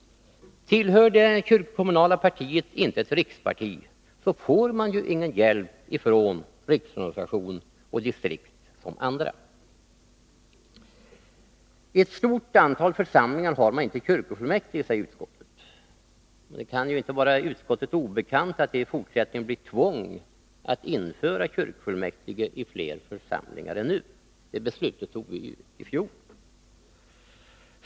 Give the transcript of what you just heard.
Tillhör det kyrkokommunala partiet inte ett riksparti, får det ju ingen hjälp från riksorganisation och distrikt i samma utsträckning som andra partier. I ett stort antal församlingar har man inte kykrofullmäktige, säger utskottet. Men det kan väl inte vara utskottet obekant att det i fortsättningen blir ett tvång att införa kyrkofullmäktige i fler församlingar än nu. Det beslutet fattade vi i fjol.